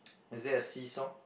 is there a see-saw